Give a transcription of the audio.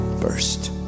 First